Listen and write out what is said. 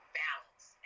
balance